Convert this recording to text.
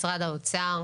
משרד האוצר,